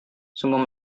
sungguh